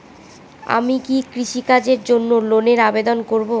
আমি কি কৃষিকাজের জন্য লোনের আবেদন করব?